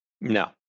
no